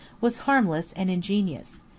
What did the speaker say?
was harmless and ingenious.